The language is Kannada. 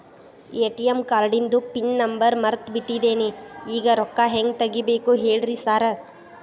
ಎ.ಟಿ.ಎಂ ಕಾರ್ಡಿಂದು ಪಿನ್ ನಂಬರ್ ಮರ್ತ್ ಬಿಟ್ಟಿದೇನಿ ಈಗ ರೊಕ್ಕಾ ಹೆಂಗ್ ತೆಗೆಬೇಕು ಹೇಳ್ರಿ ಸಾರ್